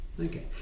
okay